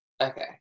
okay